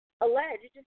alleged